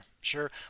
sure